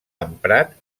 emprat